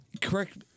correct